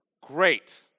Great